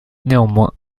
néanmoins